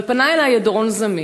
אבל פנה אלי דורון זמיר,